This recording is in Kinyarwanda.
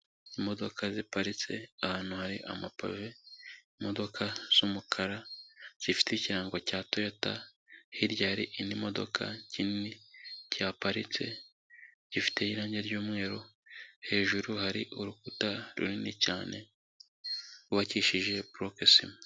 Imodoka ziparitse ahantu hari amapave, imodoka z'umukara zifite ikirango cya Toyota, hirya hari indi imodoka kinini cyihaparitse, gifite irangi ry'umweru, hejuru hari urukuta runini cyane rwubakishije burokesima.